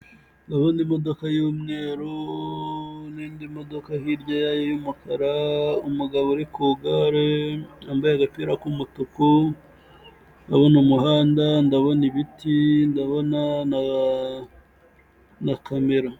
Ndabona imodoka y'umweru n'indi modoka hirya yayo y'umukara, umugabo uri ku gare yambaye agapira k'umutuku, ndabona umuhanda, ndabona ibiti, ndabona na camera.